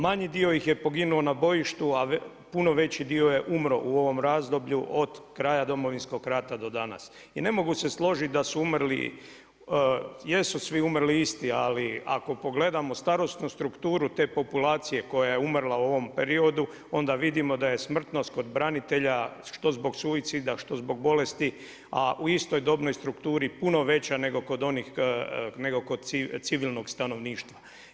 Manji dio ih je poginuo na bojištu, a puno veći dio je umro u ovom razdoblju od kraja Domovinskog rata do danas. i ne mogu se složiti da su umrli, jesu svi umrli isti, ali ako pogledamo starosnu strukturu te populacije koja je umrla u ovom periodu, onda vidimo da je smrtnost kod branitelja što zbog suicida što zbog bolesti, a u istoj dobnoj strukturi puno veća nego kod civilnog stanovništva.